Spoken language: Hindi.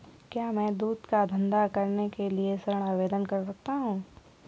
क्या मैं दूध का धंधा करने के लिए ऋण आवेदन कर सकता हूँ?